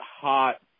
hot